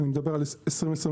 אני מדבר על שנת 2021,